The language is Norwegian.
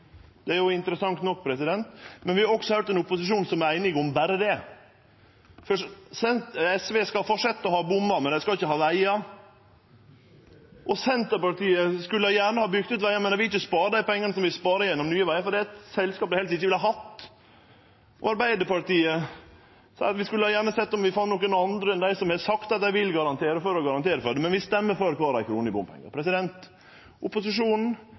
Det er jo interessant nok. Men vi har også høyrt ein opposisjon som er einig om berre det. SV skal fortsetje å ha bommar, men dei skal ikkje ha vegar. Senterpartiet skulle gjerne ha bygd ut vegar, men dei vil ikkje spare dei pengane som vi sparar gjennom Nye Vegar, for det er eit selskap dei helst ikkje ville hatt. Arbeidarpartiet seier at dei gjerne skulle sett om ein fann nokon andre enn dei som har sagt at dei vil garantere, til å garantere for det, men dei stemmer for kvar ei krone i bompengar. Opposisjonen